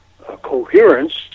coherence